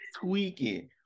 Tweaking